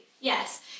Yes